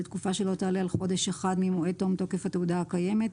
לתקופה שלא תעלה על חודש אחד ממועד תום תוקף התעודה הקיימת.